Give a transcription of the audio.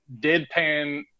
deadpan